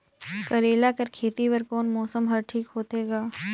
करेला कर खेती बर कोन मौसम हर ठीक होथे ग?